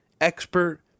expert